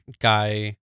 guy